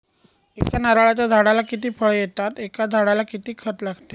एका नारळाच्या झाडाला किती फळ येतात? एका झाडाला किती खत लागते?